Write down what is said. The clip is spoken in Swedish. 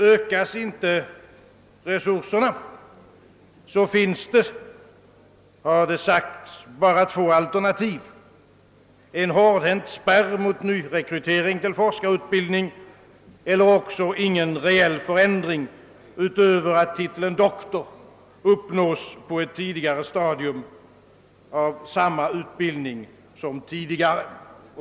Ökas inte resurserna, finns det enligt en universitetsman bara två alternativ: en hårdhänt spärr mot nyrekrytering till forskarutbildning eller också ingen annan reell förändring än att titeln doktor uppnås på ett tidigare stadium av samma utbildning som förut.